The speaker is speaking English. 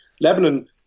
Lebanon